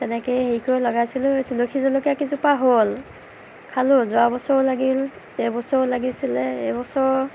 তেনেকে হেৰি কৰি লগাইছিলোঁ তুলসী জলকীয়া কেইজোপা হ'ল খালোঁ যোৱা বছৰো লাগিল এই বছৰো লাগিছিলে এই বছৰ